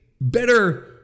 better